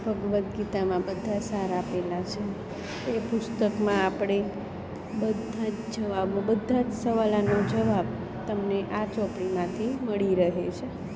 ભગવદ્ ગીતામાં બધા સાર આપેલા છે એ પુસ્તકમાં આપણે બધા જ જવાબો બધા જ સવાલોનો જવાબ તમને આ ચોપડીમાંથી મળી રહે છે